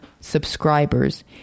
subscribers